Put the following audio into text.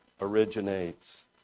originates